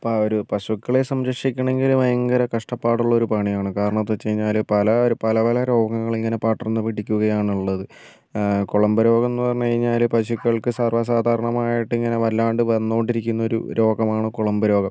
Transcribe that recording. ഇപ്പം ഒരു പശുക്കളെ സംരക്ഷിക്കണങ്കിൽ ഭയങ്കര കഷ്ടപ്പാടുള്ളൊരു പണിയാണ് കാരണം എന്ന് വെച്ചുകഴിഞ്ഞാൽ പല പല രോഗങ്ങൾ ഇങ്ങനെ പടർന്നു പിടിക്കുക്കയാണുള്ളത് കുളമ്പ് രോഗമെന്ന് പറഞ്ഞ് കഴിഞ്ഞാൽ പശുക്കൾക്ക് സർവ്വ സാധാരണമായിട്ട് ഇങ്ങനെ വല്ലാണ്ട് വന്നുകൊണ്ടിരിക്കുന്ന ഒരു രോഗമാണ് കുളമ്പ് രോഗം